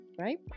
Right